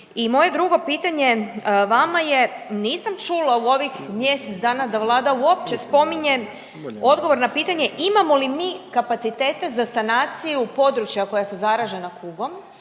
I moje drugo pitanje vama je, nisam čula u ovih mjesec dana da Vlada uopće spominje odgovor na pitanje, imamo li mi kapacitete za sanaciju područja koja su zaražena kugom,